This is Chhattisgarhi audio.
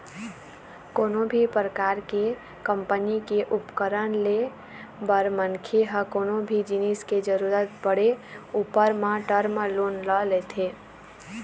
कोनो भी परकार के कंपनी के उपकरन ले बर मनखे ह कोनो भी जिनिस के जरुरत पड़े ऊपर म टर्म लोन ल लेथे